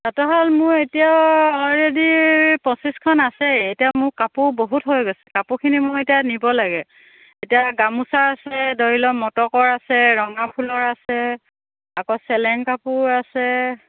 তাঁতৰ শাল মোৰ এতিয়া অলৰেডি পঁচিছখন আছেই এতিয়া মোৰ কাপোৰ বহুত হৈ গৈছে কাপোৰখিনি মোৰ এতিয়া নিব লাগে এতিয়া গামোচা আছে ধৰি লওক মটকৰ আছে ৰঙা ফুলৰ আছে আকৌ চেলেং কাপোৰ আছে